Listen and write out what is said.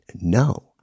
no